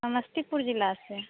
समस्तीपुर ज़िले से